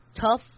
tough